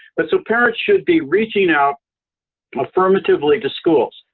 but so parents should be reaching out affirmatively to schools.